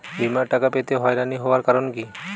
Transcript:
বিমার টাকা পেতে হয়রানি হওয়ার কারণ কি?